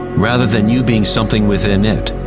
rather than you being something within it.